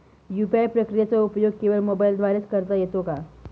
UPI प्रक्रियेचा उपयोग केवळ मोबाईलद्वारे च करता येतो का?